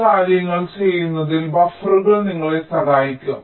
ചില കാര്യങ്ങൾ ചെയ്യുന്നതിൽ ബഫറുകൾ നിങ്ങളെ സഹായിക്കും